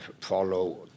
follow